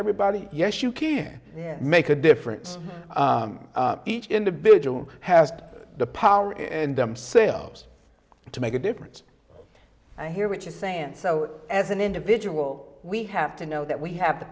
everybody yes you can make a difference each individual has the power and themselves to make a difference i hear what you're saying so as an individual we have to know that we have the